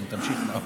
כן, תמשיך.